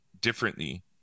differently